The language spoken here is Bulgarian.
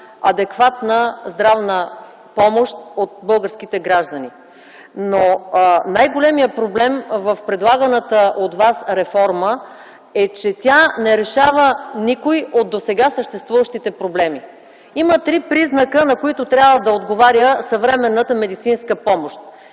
адекватна здравна помощ от българските граждани, но най-големият проблем в предлаганата от вас реформа е, че тя не решава никой от досега съществуващите проблеми. Има три признака, на които трябва да отговаря съвременната медицинска помощ: